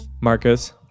Marcus